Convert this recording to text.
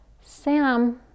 Sam